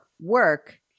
work